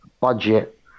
budget